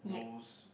nose